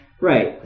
Right